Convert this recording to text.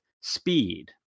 speed